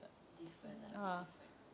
different lah a bit different